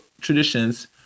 traditions